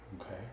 Okay